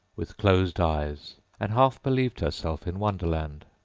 with closed eyes, and half believed herself in wonderland,